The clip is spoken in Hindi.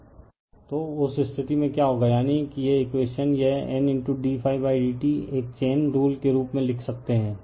रिफर स्लाइड टाइम 3409 तो उस स्थिति में क्या होगा यानी कि यह इक्वेशन यह N d d t एक चैन रूल के रूप में लिख सकता है